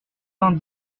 vingt